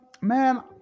man